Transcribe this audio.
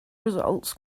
results